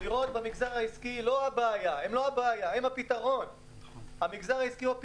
המגזר העסקי הוא לא הבעיה, הוא הפתרון לבעיה.